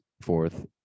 fourth